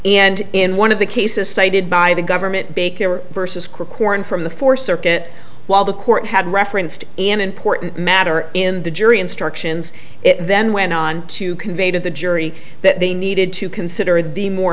and in one of the cases cited by the government baker versus krikorian from the four circuit while the court had referenced an important matter in the jury instructions it then went on to convey to the jury that they needed to consider the more